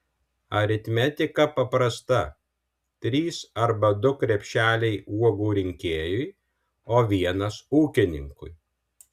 aritmetika paprasta trys arba du krepšeliai uogų rinkėjui o vienas ūkininkui